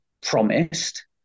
promised